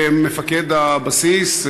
ומפקד הבסיס,